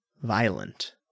violent